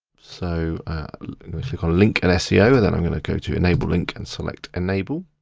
so click on link and seo. then i'm gonna go to enable link and select enable.